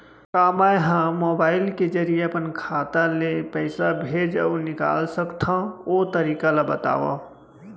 का मै ह मोबाइल के जरिए अपन खाता ले पइसा भेज अऊ निकाल सकथों, ओ तरीका ला बतावव?